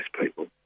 people